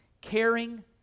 caring